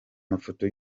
mafoto